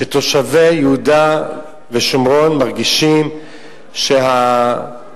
תושבי יהודה ושומרון מרגישים שהאבטחה